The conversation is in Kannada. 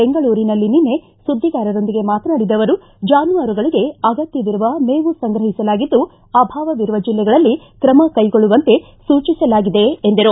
ಬೆಂಗಳೂರಿನಲ್ಲಿ ನಿನ್ನೆ ಸುದ್ದಿಗಾರರೊಂದಿಗೆ ಮಾತನಾಡಿದ ಅವರು ಜಾನುವಾರುಗಳಿಗೆ ಅಗತ್ಯವಿರುವ ಮೇವು ಸಂಗ್ರಹಿಸಲಾಗಿದ್ದು ಅಭಾವವಿರುವ ಜಿಲ್ಲೆಗಳಲ್ಲಿ ಕ್ರಮ ಕೈಗೊಳ್ಳುವಂತೆ ಸೂಚಿಸಲಾಗಿದೆ ಎಂದರು